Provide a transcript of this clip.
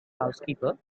housekeeper